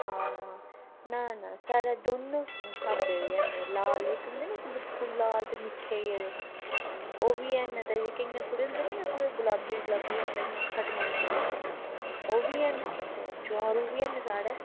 हां ना ना साढ़े दौन्ने स्हाबै दे हैन लाल इक होंदे नी बिलकुल लाल ते मिट्ठे गेदे ओह् बी हैन ते जेह्के इ'यां थोह्ड़े होंदे नी इ'यां गुलाबी गुलाबी होंदे इ'यां खट्ट मिट्ठे ओह् बी हैन ते चुआरू बी हैन साढ़े